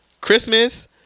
Christmas